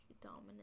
dominant